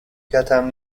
کتم